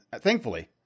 thankfully